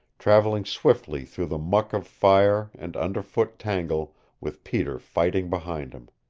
traveling swiftly through the muck of fire and under-foot tangle with peter fighting behind him.